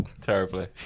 Terribly